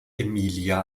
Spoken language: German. emilia